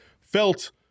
felt –